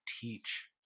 teach